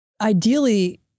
ideally